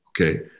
Okay